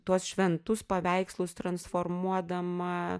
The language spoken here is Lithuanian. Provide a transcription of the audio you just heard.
tuos šventus paveikslus transformuodama